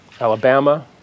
Alabama